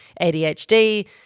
ADHD